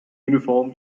uniform